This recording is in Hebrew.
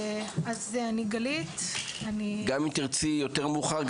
אם תרצי יותר מאוחר,